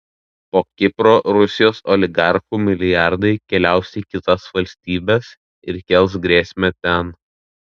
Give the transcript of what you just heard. po kipro rusijos oligarchų milijardai keliaus į kitas valstybes ir kels grėsmę ten